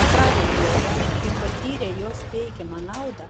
atradę jogą ir patyrę jos teikiamą naudą